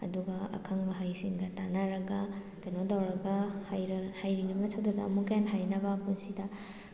ꯑꯗꯨꯒ ꯑꯈꯪ ꯑꯍꯩ ꯁꯤꯡꯒ ꯇꯥꯅꯔꯒ ꯀꯩꯅꯣ ꯇꯧꯔꯒ ꯍꯩꯔꯤꯉꯩ ꯃꯊꯛꯇꯨꯗ ꯑꯃꯨꯛꯀ ꯍꯦꯟꯅ ꯍꯩꯅꯕ ꯄꯨꯟꯁꯤꯗ